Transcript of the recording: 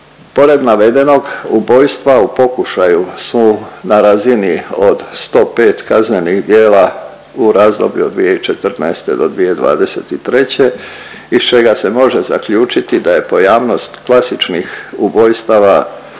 Pored navedenog, ubojstva u pokušaju su na razini od 105 kaznenih djela u razdoblju od 2014. do 2023., iz čega se može zaključiti da je pojavnost klasičnih ubojstava